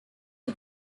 are